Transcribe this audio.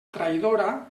traïdora